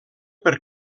per